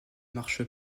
marche